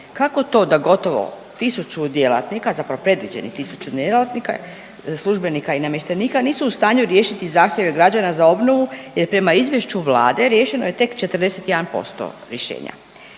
kako to da gotovo tisuću djelatnika, zapravo predviđenih tisuću djelatnika, službenika i namještenika, nisu u stanju riješiti zahtjeve građana za obnovu jer prema izvješću Vlade riješeno je tek 41% rješenja.